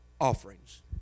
offerings